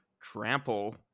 trample